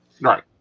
Right